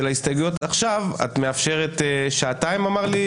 ההסתייגויות עכשיו את מאפשרת שעתיים אמר לי